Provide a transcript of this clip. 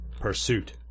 pursuit